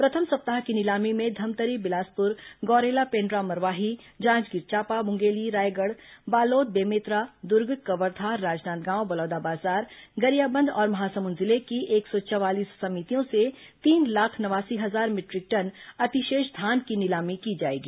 प्रथम सप्ताह की नीलामी में धमतरी बिलासपुर गौरेला पेण्ड्रा मरवाही जांजगीर चांपा मुंगेली रायगढ़ बालोद बेमेतरा दुर्ग कवर्धा राजनांदगांव बलौदाबाजार गरियाबंद और महासमुंद जिले की एक सौ चवालीस समितियों से तीन लाख नवासी हजार मीटरिक टन अतिशेष धान की नीलामी की जाएगी